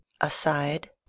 Aside